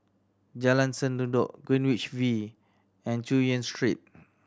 Jalan Sendudok Greenwich V and Chu Yen Street